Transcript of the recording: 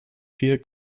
vier